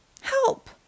Help